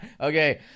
Okay